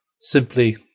simply